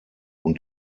und